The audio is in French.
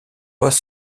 post